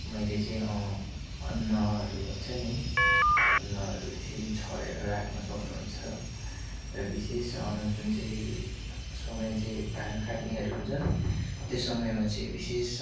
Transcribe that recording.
मैले चाहिँ अन्नहरू हुन्छ नि अन्नहरू यसरी छरेर राख्नु सक्नुहुन्छ र विशेष जुन चाहिँ समय चाहिँ धान काट्नेहरू हुन्छ त्यो समयमा चाहिँ विशेष